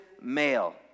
male